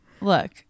look